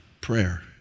prayer